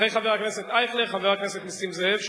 אחרי חבר הכנסת אייכלר, חבר הכנסת נסים זאב.